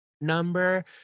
number